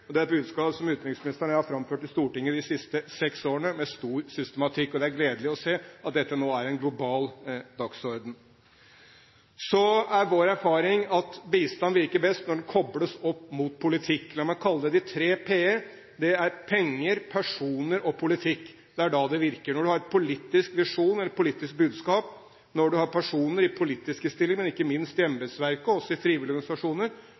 Det er et budskap som utenriksministeren og jeg har framført i Stortinget de siste seks årene med stor systematikk, og det er gledelig å se at dette nå er en global dagsorden. Så er vår erfaring at bistand virker best når den kobles opp mot politikk. La meg kalle det de tre p-er. Det er penger, personer og politikk. Det er da det virker – når man har en politisk visjon, et politisk budskap, når man har personer i politiske stillinger, men ikke minst i embetsverket og også i frivillige organisasjoner,